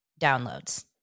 downloads